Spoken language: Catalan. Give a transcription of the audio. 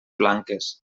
blanques